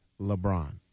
lebron